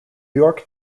york